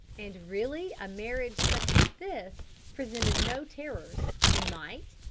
and really a marriage such as this presented no terrors and might,